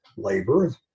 labor